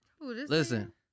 listen